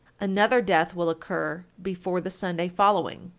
another death will occur before the sunday following.